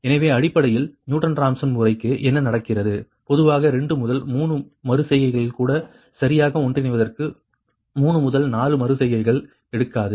எனவே அடிப்படையில் Newton Raphson முறைக்கு என்ன நடக்கிறது பொதுவாக 2 முதல் 3 மறு செய்கைகள் கூட சரியாக ஒன்றிணைவதற்கு 3 முதல் 4 மறு செய்கைகள் எடுக்காது